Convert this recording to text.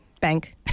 bank